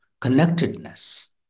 connectedness